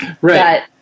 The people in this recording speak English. Right